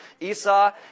Esau